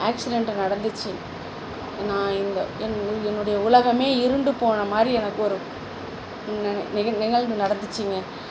accident நடந்துச்சு நான் இந்த என் என்னுடைய உலகமே இருண்டு போன மாதிரி எனக்கு ஒரு நி நிக நிகழ்வு நடந்துச்சுங்க